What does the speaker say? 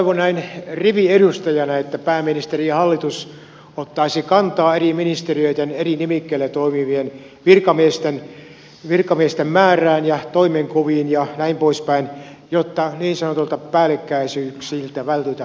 toivon näin riviedustajana että pääministeri ja hallitus ottaisivat kantaa eri ministeriöiden eri nimikkeillä toimivien virkamiesten määrään ja toimenkuviin ja näin poispäin jotta niin sanotuilta päällekkäisyyksiltä vältytään